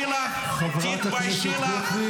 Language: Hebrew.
מספיק ש-ynet קראו ללוחמי כוח 100 "נוח'בות".